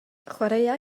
chwaraea